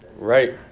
Right